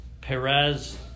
perez